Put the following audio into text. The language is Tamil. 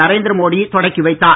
நரேந்திர மோடி தொடக்கிவைத்தார்